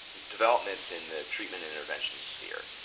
developments in the treatment and intervention sphere.